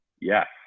Yes